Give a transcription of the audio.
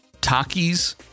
Takis